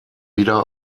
wieder